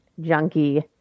junkie